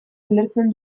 ulertzen